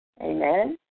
amen